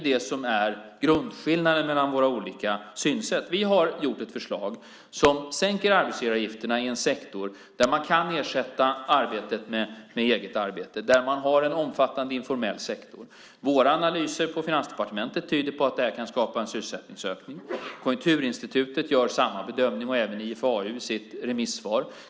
Detta är grundskillnaden mellan våra olika synsätt. Vi har gjort ett förslag som sänker arbetsgivaravgifterna i en sektor där man kan ersätta arbetet med eget arbete och har en omfattande informell sektor. Våra analyser på Finansdepartementet tyder på att det kan skapa en sysselsättningsökning. Konjunkturinstitutet gör samma bedömning och även IFAU i sitt remissvar.